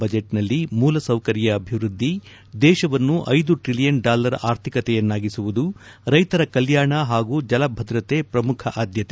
ಬಜೆಟ್ನಲ್ಲಿ ಮೂಲಸೌಕರ್ಯ ಅಭಿವ್ಬದ್ಲಿ ದೇಶವನ್ನು ಐದು ಟ್ರಿಲಿಯನ್ ಡಾಲರ್ ಆರ್ಥಿಕತೆಯನ್ನಾಗಿಸುವುದು ರೈತರ ಕಲ್ಯಾಣ ಹಾಗೂ ಜಲ ಭದ್ರತೆ ಪ್ರಮುಖ ಆದ್ಯತೆ